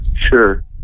Sure